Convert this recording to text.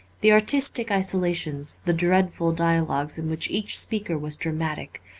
the artistic isolations, the dreadful dialogues in which each speaker was dramatic,